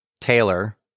Taylor